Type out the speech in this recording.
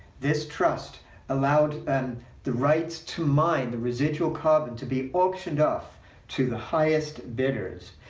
this trust allowed and the rights to mine the residual carbon to be auctioned off to the highest bidders,